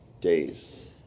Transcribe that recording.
days